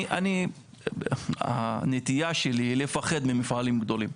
אני הנטייה שלי לפחד ממפעלים גדולים,